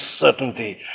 certainty